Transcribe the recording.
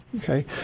Okay